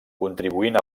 contribuint